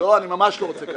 לא, אני ממש לא רוצה ככה.